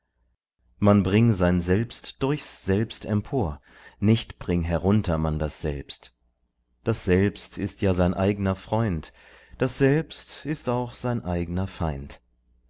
man bring sein selbst durch's selbst empor nicht bring herunter man das selbst das selbst ist ja sein eigner freund das selbst ist auch sein eigner feind